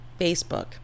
Facebook